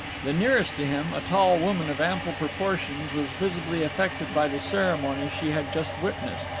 the nearest to him, a tall woman of ample proportions, was visibly affected by the ceremony she had just witnessed,